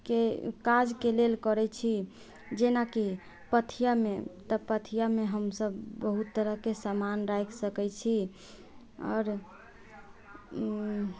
के काजके लेल करै छी जेनाकि पथियामे तऽ पथियामे हम सभ बहुत तरहके समान राखि सकै छी आओर